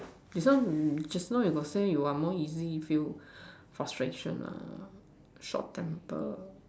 this one just now you got say you are more easily feel frustration ah short temper